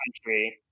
country